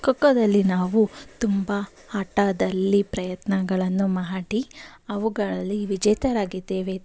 ಖೋಖೋದಲ್ಲಿ ನಾವು ತುಂಬ ಆಟದಲ್ಲಿ ಪ್ರಯತ್ನಗಳನ್ನು ಮಾಡಿ ಅವುಗಳಲ್ಲಿ ವಿಜೇತರಾಗಿದ್ದೇವೆ